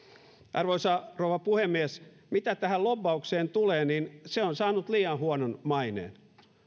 arvoisa rouva puhemies mitä tähän lobbaukseen tulee niin se on saanut liian huonon maineen